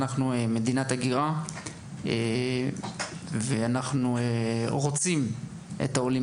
אנחנו מדינת הגירה ואנחנו רוצים את העולים